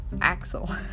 Axel